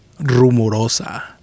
Rumorosa